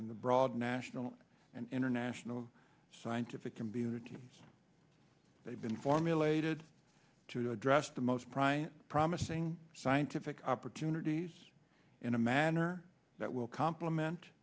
the broad national and international scientific community they've been formulated to address the most promising scientific opportunities in a manner that will compliment